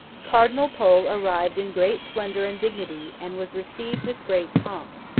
cardinal pole arrived in great splendour and dignity, and was received with great pomp.